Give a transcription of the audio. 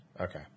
Okay